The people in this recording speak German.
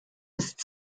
ist